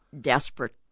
desperate